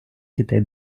дітей